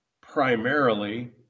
primarily